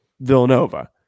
Villanova